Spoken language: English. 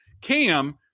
Cam